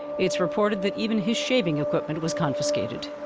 it's reported that even his shaving equipment was confiscated.